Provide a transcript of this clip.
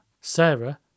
Sarah